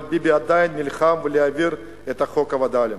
אבל ביבי עדיין נלחם להעביר את חוק הווד”לים.